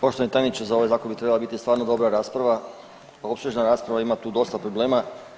Poštovani tajniče, za ovaj zakon bi trebala biti stvarno dobra rasprava, opsežna rasprava, ima tu dosta problema.